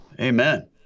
Amen